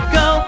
go